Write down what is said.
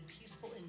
peaceful